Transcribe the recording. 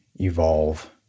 evolve